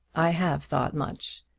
i have thought much,